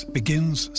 begins